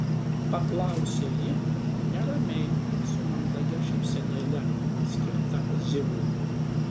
paklausė ji neramiai su mandagia šypsenėle skirta zivui